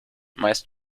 meist